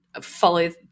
follow